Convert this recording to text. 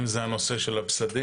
אם זה הנושא של הפסדים,